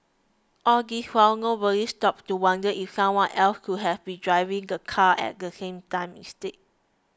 all this while nobody stopped to wonder if someone else could have been driving the car at the same time instead